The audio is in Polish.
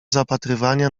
zapatrywania